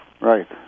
Right